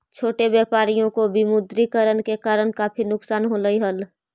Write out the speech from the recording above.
छोटे व्यापारियों को विमुद्रीकरण के कारण काफी नुकसान होलई हल